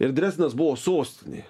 ir dresdenas buvo sostinė